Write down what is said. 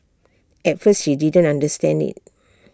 at first she didn't understand IT